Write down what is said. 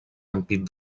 ampit